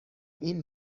این